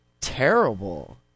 terrible